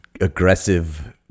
aggressive